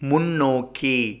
முன்னோக்கி